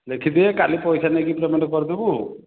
ଲେଖିଦେ କାଲି ପଇସା ନେଇକି ପେମେଣ୍ଟ୍ କରିଦେବୁ ଆଉ